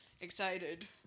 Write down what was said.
excited